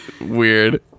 weird